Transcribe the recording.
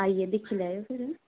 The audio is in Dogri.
आइयै दिक्खी लैयो फिर